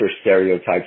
stereotypes